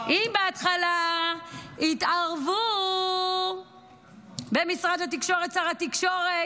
אם בהתחלה התערבו במשרד התקשורת, שר התקשורת,